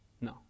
No